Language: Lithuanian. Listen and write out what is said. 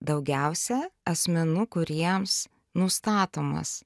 daugiausia asmenų kuriems nustatomas